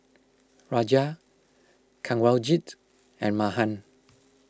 Raja Kanwaljit and Mahan